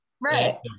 Right